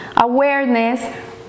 awareness